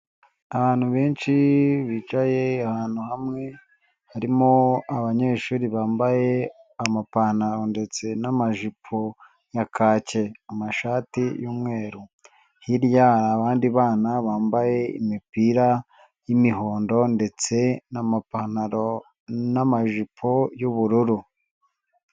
Abantu benshi bicaye ahantu hamwe, harimo abanyeshuri bambaye amapantaro ndetse n'amajipo ya kake, amashati y'umweru, hirya hari abandi bana bambaye imipira y'imihondo ndetse n'amapantaro n'amajipo y'ubururu.